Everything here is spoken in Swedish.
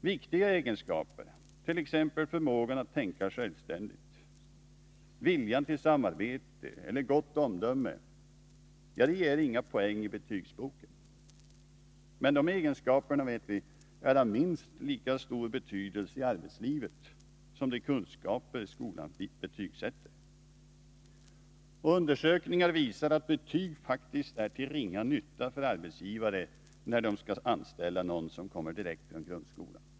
Viktiga egenskaper, t.ex. förmågan att tänka självständigt, viljan till samarbete eller gott omdöme, ger inga poäng i betygsboken. Men dessa egenskaper, vet vi, är av minst lika stor betydelse i arbetslivet som de kunskaper som skolan betygsätter. Undersökningar visar att betyg faktiskt är till ringa nytta för arbetsgivare, när de skall anställa någon som kommer direkt från grundskolan.